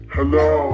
Hello